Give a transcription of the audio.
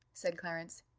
said clarence.